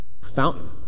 Fountain